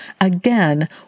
Again